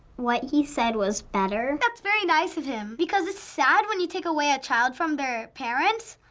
what he said was better. that's very nice of him because it's sad when you take away a child from their parents,